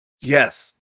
Yes